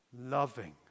loving